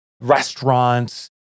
restaurants